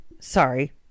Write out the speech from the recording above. Sorry